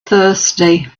thirsty